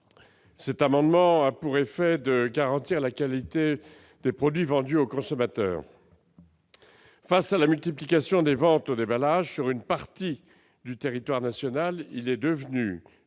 Cet amendement vise à garantir la qualité des produits vendus aux consommateurs. Face à la multiplication des ventes au déballage sur une partie du territoire national, il est devenu